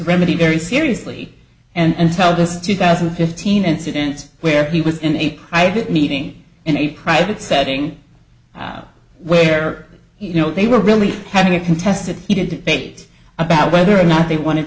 remedy very seriously and tell this two thousand and fifteen incident where he was in a private meeting in a private setting where you know they were really having a contested heated debate about whether or not they wanted